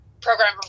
program